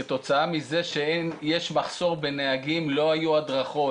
כתוצאה מזה שיש מחסור בנהגים לא היו הדרכות.